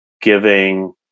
giving